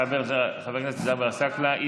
ג'אבר עסאקלה.